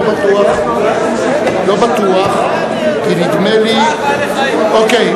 לא בטוח, כי נדמה לי אוקיי,